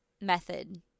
method